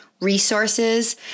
resources